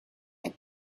had